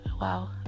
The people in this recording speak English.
wow